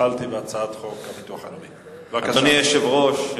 אדוני היושב-ראש,